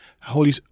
Holy